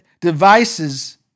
devices